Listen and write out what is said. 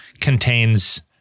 contains